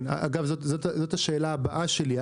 כן, וזו השאלה הבאה שלי.